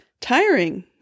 tiring